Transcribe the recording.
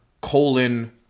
colon